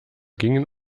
gingen